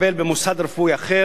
במוסד רפואי אחר,